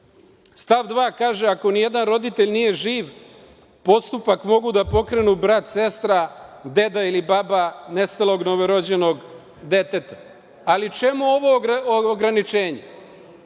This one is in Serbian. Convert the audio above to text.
2. kaže: „Ako ni jedan roditelj nije živ, postupak mogu da pokrenu brat, sestra, deda ili baba nestalog novorođenog deteta“, ali čemu ovo ograničenje?